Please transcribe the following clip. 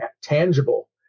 tangible